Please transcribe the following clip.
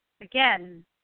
again